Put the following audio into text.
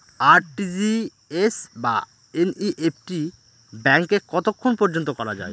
RTGS বা NEFT ব্যাংকে কতক্ষণ পর্যন্ত করা যায়?